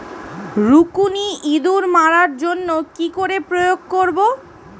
রুকুনি ইঁদুর মারার জন্য কি করে প্রয়োগ করব?